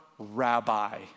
rabbi